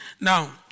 Now